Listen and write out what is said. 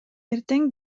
эртең